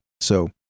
So-